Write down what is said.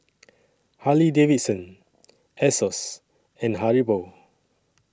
Harley Davidson Asos and Haribo